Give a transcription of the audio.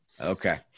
okay